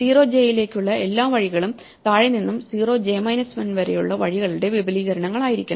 0 j ലേക്കുള്ള എല്ലാ വഴികളും താഴെ നിന്നും 0 j 1 വരെയുള്ള വഴികളുടെ വിപുലീകരണങ്ങളായിരിക്കണം